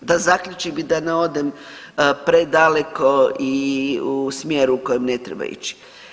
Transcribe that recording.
Da zaključim i da ne odem predaleki i u smjeru u kojem ne treba ići.